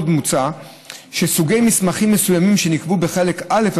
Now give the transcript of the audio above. עוד מוצע שסוגי מסמכים מסוימים שנקבעו בחלק א'